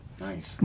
Nice